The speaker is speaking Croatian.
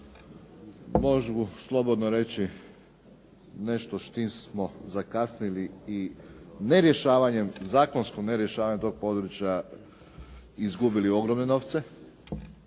mogu slobodno reći nešto s čime smo zakasnili i nerješavanjem, zakonskim nerješavanjem tog područja izgubili ogromne novce